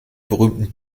berühmten